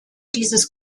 dieses